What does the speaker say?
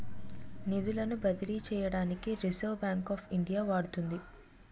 నిధులను బదిలీ చేయడానికి రిజర్వ్ బ్యాంక్ ఆఫ్ ఇండియా వాడుతుంది